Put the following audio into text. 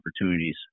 opportunities